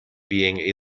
being